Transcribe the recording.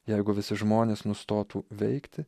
jeigu visi žmonės nustotų veikti